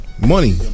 Money